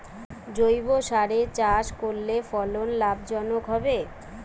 জৈবসারে চাষ করলে ফলন লাভজনক হবে?